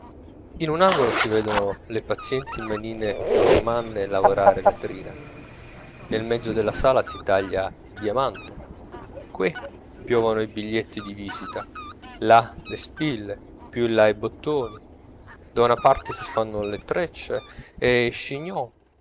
in un angolo si vedono le pazienti manine normanne lavorare la trina nel mezzo della sala si taglia il diamante qui piovono i biglietti di visita là le spille più in là i bottoni da una parte si fanno le treccie e